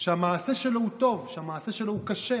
את זה שהמעשה שלו טוב, שהמעשה שלו כשר.